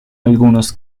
algunos